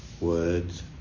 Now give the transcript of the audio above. words